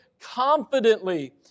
confidently